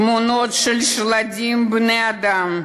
תמונות של שלדים בני-אדם.